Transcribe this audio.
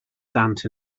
dant